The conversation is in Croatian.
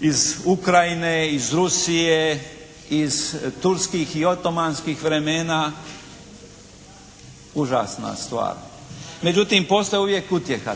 Iz Ukrajine, iz Rusije, iz turskih i otomanskih vremena. Užasna stvar. Međutim, postoji uvijek utjeha.